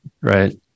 right